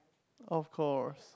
of course